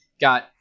Got